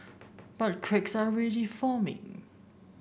but cracks are ready forming